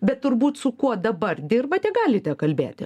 bet turbūt su kuo dabar dirbate galite kalbėti